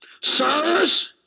Sirs